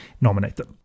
nominated